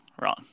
wrong